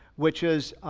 which is